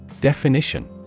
Definition